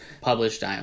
published